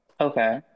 okay